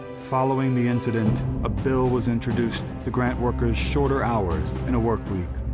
following the incident, a bill was introduced to grant workers shorter hours in a work week,